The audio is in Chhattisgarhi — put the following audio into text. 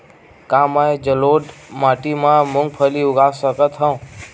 का मैं जलोढ़ माटी म मूंगफली उगा सकत हंव?